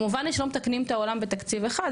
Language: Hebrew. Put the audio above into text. מובן לי שלא מתקנים את העולם בתקציב אחד,